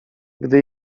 gdy